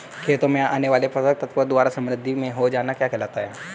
खेतों में आने वाले पोषक तत्वों द्वारा समृद्धि हो जाना क्या कहलाता है?